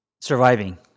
surviving